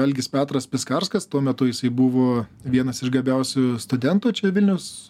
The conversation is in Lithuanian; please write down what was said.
algis petras piskarskas tuo metu jisai buvo vienas iš gabiausių studentų čia vilniaus